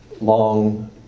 long